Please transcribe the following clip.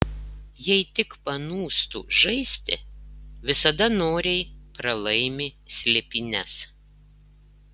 jei tik panūstu žaisti visada noriai pralaimi slėpynes